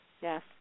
Yes